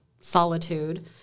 solitude